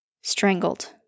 Strangled